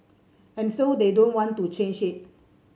and so they don't want to change it